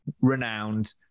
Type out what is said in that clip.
renowned